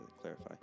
clarify